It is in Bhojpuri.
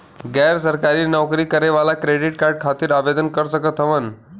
गैर सरकारी नौकरी करें वाला क्रेडिट कार्ड खातिर आवेदन कर सकत हवन?